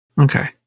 Okay